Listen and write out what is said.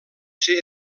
ser